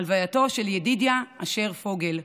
הלווייתו של ידידיה אשר פוגל,